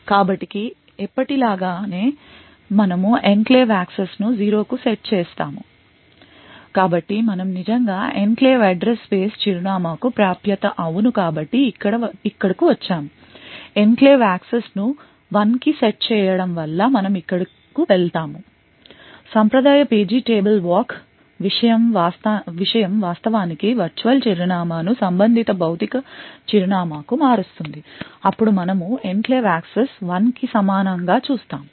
కాబట్టి ఎప్పటిలాగే మనము ఎన్క్లేవ్ యాక్సెస్ను 0 కి సెట్ చేసాము కాబట్టి మనం నిజంగా ఎన్క్లేవ్ అడ్రస్ స్పేస్లో చిరునామా కు ప్రాప్యత అవును కాబట్టి ఇక్కడకు వచ్చాము ఎన్క్లేవ్ యాక్సెస్ను 1 కి సెట్ చేయడం వల్ల మనం ఇక్కడకు వెళ్తాము సాంప్రదాయ page table walk విషయం వాస్తవానికి వర్చువల్ చిరునామా ను సంబంధిత భౌతిక చిరునామా కు మారుస్తుంది అప్పుడు మనము ఎన్క్లేవ్ యాక్సెస్ 1 కి సమానం గా చూస్తాము